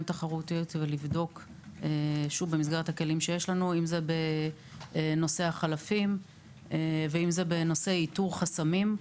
תחרותיות ולבדוק במסגרת הכלים שיש לנו בנושא החלפים ובנושא איתור החסמים.